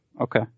Okay